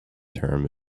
term